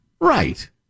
Right